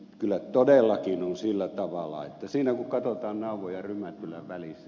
kyllä todellakin on sillä tavalla että siinä kun katsotaan nauvon ja rymättylän välissä